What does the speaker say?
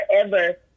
forever